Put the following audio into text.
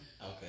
Okay